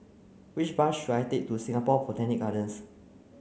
which bus should I take to Singapore Botanic Gardens